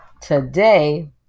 today